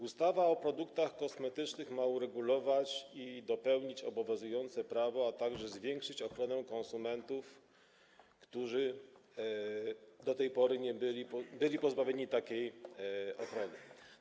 Ustawa o produktach kosmetycznych ma uregulować ten obszar i dopełnić obowiązujące prawo, a także zwiększyć ochronę konsumentów, którzy do tej pory byli pozbawieni takiej ochrony.